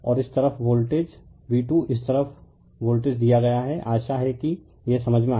और इस तरफ वोल्टेज v2 इस तरफ वोल्टेज दिया गया है आशा है कि यह समझ में आया है